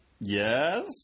Yes